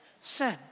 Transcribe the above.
sin